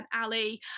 Ali